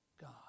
God